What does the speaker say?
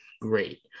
great